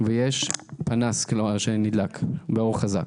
ויש פנס, שנדלק באור חזק.